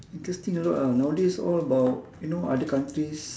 interesting a lot ah nowadays all about you know other countries